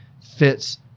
fits